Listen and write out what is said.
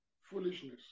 foolishness